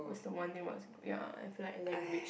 what's the one thing must ya I feel like language